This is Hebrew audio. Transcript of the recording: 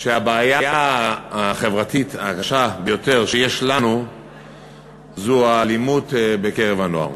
שהבעיה החברתית הקשה ביותר שיש לנו זו האלימות בקרב הנוער.